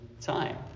time